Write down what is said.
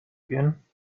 gehen